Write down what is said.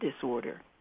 disorder